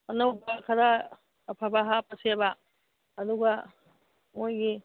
ꯑꯅꯧꯕ ꯈꯔ ꯑꯐꯕ ꯍꯥꯞꯄꯁꯦꯕ ꯑꯗꯨꯒ ꯃꯣꯏꯒꯤ